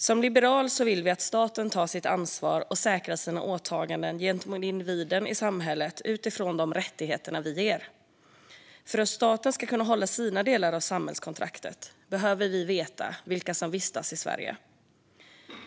Som liberaler vill vi att staten tar sitt ansvar och säkrar sina åtaganden gentemot individerna i samhället utifrån de rättigheter staten ger. För att staten ska kunna hålla sin del av samhällskontraktet behöver den veta vilka som vistas i Sverige.